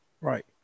right